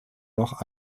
noch